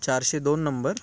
चारशे दोन नंबर